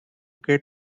get